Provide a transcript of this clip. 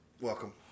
welcome